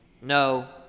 No